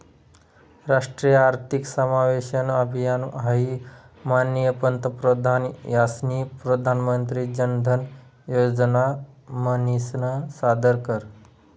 राष्ट्रीय आर्थिक समावेशन अभियान हाई माननीय पंतप्रधान यास्नी प्रधानमंत्री जनधन योजना म्हनीसन सादर कर